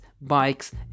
bikes